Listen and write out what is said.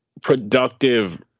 productive